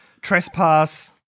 Trespass